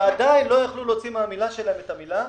ועדיין לא יכלו להוציא מהפה שלהם את המילה: